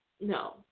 No